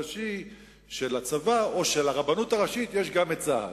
ראשי של הצבא או שלרבנות הראשית יש גם צה"ל.